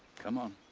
come on.